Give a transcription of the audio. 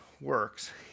works